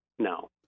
No